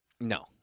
No